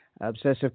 obsessive